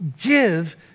give